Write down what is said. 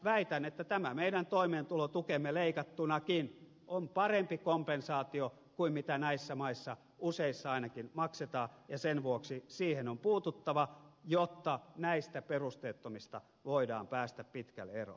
väitän että tämä meidän toimeentulotukemme leikattunakin on parempi kompensaatio kuin mitä näissä maissa useissa ainakin maksetaan ja sen vuoksi siihen on puututtava jotta näistä perusteettomista voidaan päästä pitkälle eroon